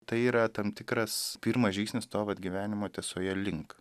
tai yra tam tikras pirmas žingsnis to vat gyvenimo tiesoje link